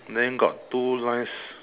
then got two lines